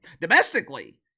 domestically